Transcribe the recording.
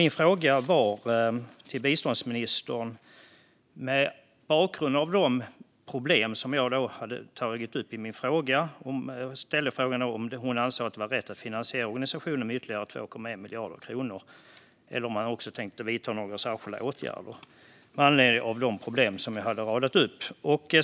Min fråga var om hon, mot bakgrund av de problem som jag tog upp i frågan, ansåg att det var rätt att finansiera organisationen med ytterligare 2,1 miljarder kronor och om man har tänkt vidta några särskilda åtgärder med anledning av de problem som jag hade radat upp.